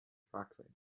approximately